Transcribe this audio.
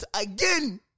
Again